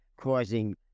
causing